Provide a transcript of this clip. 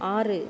ஆறு